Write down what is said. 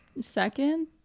second